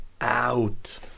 out